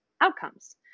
outcomes